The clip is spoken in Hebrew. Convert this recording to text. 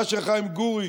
מה שחיים גורי